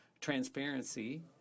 transparency